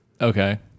Okay